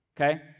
Okay